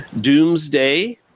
Doomsday